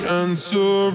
answer